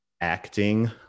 acting